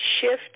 shift